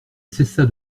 cessa